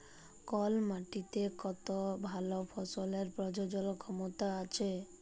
call মাটিতে কত ভাল ফসলের প্রজলল ক্ষমতা আছে